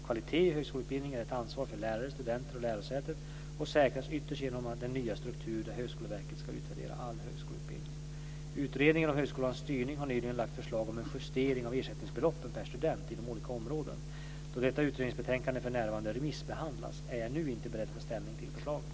Kvaliteten i högskoleutbildningen är ett ansvar för lärare, studenter och lärosätet och säkras ytterst genom den nya struktur där Högskoleverket ska utvärdera all högskoleutbildning. Utredningen om högskolans styrning har nyligen lagt förslag om en justering av ersättningsbeloppen per student inom olika områden. Då detta utredningsbetänkande för närvarande remissbehandlas är jag inte nu beredd att ta ställning till förslaget.